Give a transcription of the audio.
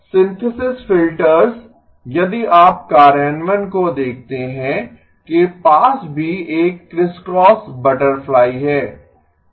synthesis filters यदि आप कार्यान्वयन को देखते हैं के पास भी एक क्रिस्क्रॉस बटरफ्लाई है